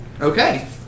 Okay